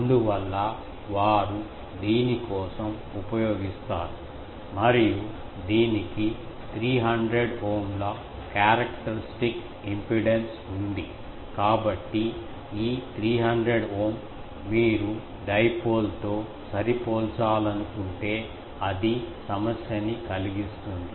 అందువల్ల వారు దీని కోసం ఉపయోగిస్తారు మరియు దీనికి 300 ఓంల క్యారెక్టర్స్టిక్ ఇంపిడెన్స్ ఉంది కాబట్టి ఈ 300 ఓం మీరు డైపోల్తో సరిపోల్చాలనుకుంటే అది సమస్యని కలిగిస్తుంది